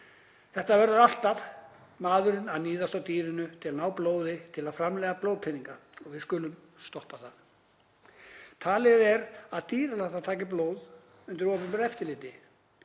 Þetta verður alltaf maðurinn að níðast á dýrinu til að ná blóði til að framleiða blóðpeninga og við skulum stoppa það. Sagt er að dýralæknar taki blóð undir opinberu eftirliti.